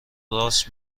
راست